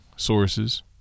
sources